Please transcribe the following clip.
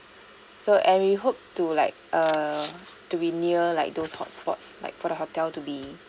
so and we hope to like err to be near like those hot spots like for the hotel to be